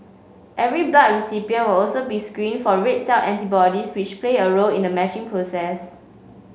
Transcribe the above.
every blood recipient will also be screened for red cell antibodies which play a role in the matching process